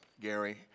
Gary